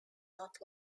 not